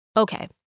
Okay